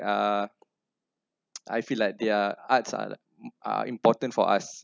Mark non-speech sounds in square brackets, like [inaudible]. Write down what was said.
uh [noise] I feel like their arts are like [noise] are important for us